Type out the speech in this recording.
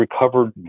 recovered